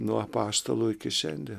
nuo apaštalų iki šiandien